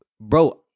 bro